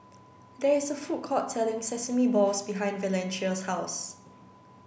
there's a food court selling sesame balls behind Valencia's house